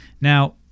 Now